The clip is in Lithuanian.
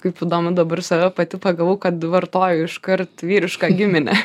kaip įdomu dabar save pati pagavau kad vartoju iškart vyrišką giminę